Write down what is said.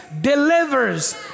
delivers